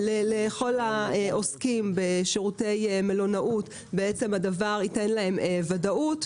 לכל העוסקים בשירותי מלונאות זה ייתן ודאות,